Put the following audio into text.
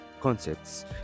concepts